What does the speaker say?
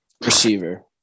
Receiver